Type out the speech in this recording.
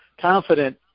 confident